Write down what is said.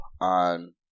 on